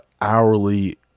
hourly